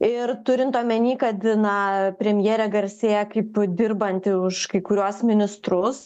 ir turint omeny kad na premjere garsėja kaip dirbanti už kai kuriuos ministrus